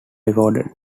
recorded